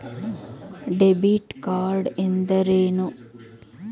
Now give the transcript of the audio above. Debit card ಎಂದರೇನು?